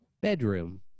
Bedroom